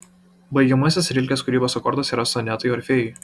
baigiamasis rilkės kūrybos akordas yra sonetai orfėjui